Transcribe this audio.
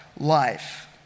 Life